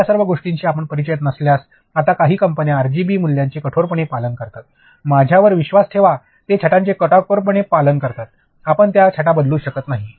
या सर्व गोष्टींशी आपण परिचित नसल्यास आता काही कंपन्या आरजीबीच्या मूल्यांचे कठोरपणे पालन करतात माझ्यावर विश्वास ठेवा की ते छटाचे काटेकोरपणे पालन करतात आपण त्या छटा बदलू शकत नाही